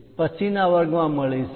પછી ના વર્ગમાં મળીશું